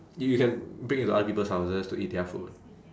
you you can break into other people's houses to eat their food